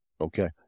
okay